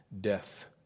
death